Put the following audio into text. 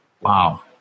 wow